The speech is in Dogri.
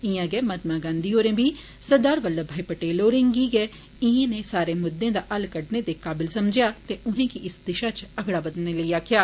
इंय्या गै महात्मा गांधी होरें बी सरदार वल्लभ भाई पटेल होरे गी गै इनें सारे मुद्दे दा हल कड्डने दे काबिल समझेआ ते उनेंगी इस दिशा च अग्गै बदने लेई आक्खेआ